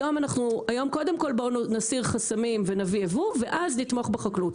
היום קודם כל בואו נסיר חסמים ונביא ייבוא ואז נתמוך בחקלאות,